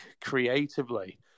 creatively